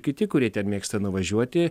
kiti kurie ten mėgsta nuvažiuoti